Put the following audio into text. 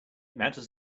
matters